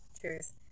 Cheers